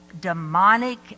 demonic